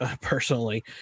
personally